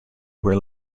where